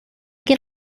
can